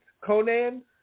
Conan